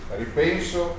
ripenso